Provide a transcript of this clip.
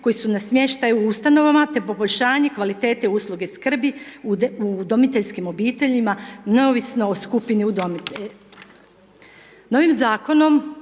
koji su na smještaju u Ustanovama, te poboljšanje kvalitete usluge skrbi u udomiteljskim obiteljima neovisno o skupini udomitelja. Novim Zakonom